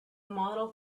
model